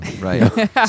right